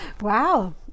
Wow